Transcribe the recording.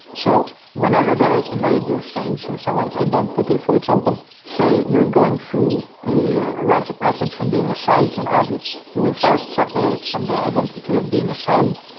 so whenever there is a major change in someone's identity, for example, say you are going through a a rites of passage from being a child to an adult, you will first separate from the identity of being a child,